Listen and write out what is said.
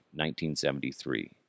1973